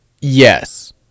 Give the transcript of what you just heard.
yes